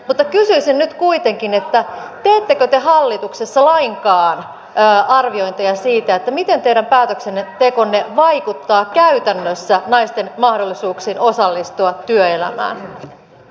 mutta kysyisin nyt kuitenkin että teettekö te hallituksessa lainkaan arviointeja siitä miten teidän päätöksenne tekonne vaikuttavat käytännössä naisten mahdollisuuksiin osallistua työelämään